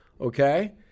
okay